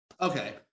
okay